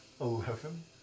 Eleven